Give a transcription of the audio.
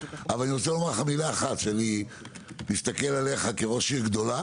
אבל כשאני מסתכל עליך כראש עיר גדולה